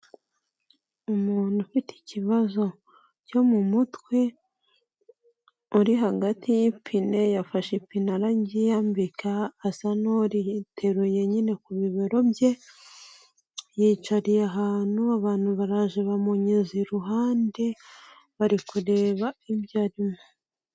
Umuntu ufite ikibazo cyo mu mutwe uri hagati y'ipine, yafashe ipine araryiyambika asa n'uriteruye nyine ku bibero bye, yiyicariye ahantu abantu baraje bamunyuze iruhande bari kureba ibyo arimo.